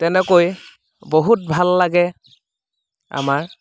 তেনেকৈ বহুত ভাল লাগে আমাৰ